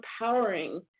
empowering